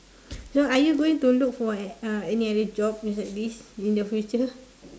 so are you going to look uh for any other job beside this in the future